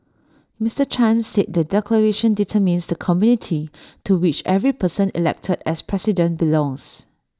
Mister chan said the declaration determines the community to which every person elected as president belongs